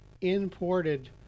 imported